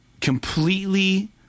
Completely